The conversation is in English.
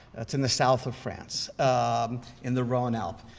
it's in the south of france um in the rhone alp.